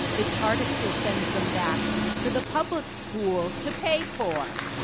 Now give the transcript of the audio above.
the charter school sends them back to the public schools to pay for.